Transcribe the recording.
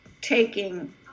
taking